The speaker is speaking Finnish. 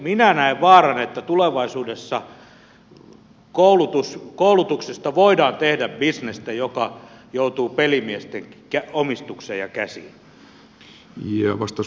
minä näen vaaran että tulevaisuudessa koulutuksesta voidaan tehdä bisnestä joka joutuu pelimiesten omistukseen ja käsiin